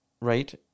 right